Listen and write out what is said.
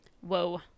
Whoa